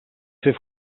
fer